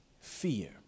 fear